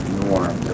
norm